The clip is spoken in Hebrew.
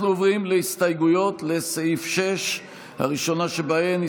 אנחנו עוברים להסתייגויות לסעיף 6. הראשונה שבהן,